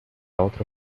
otro